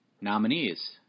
Nominees